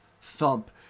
thump